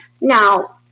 Now